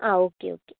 ആ okay okay